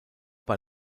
bei